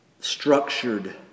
structured